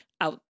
out